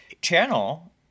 channel